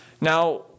Now